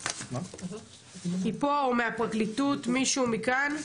היא פה או מהפרקליטות, מישהו מכאן?